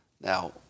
Now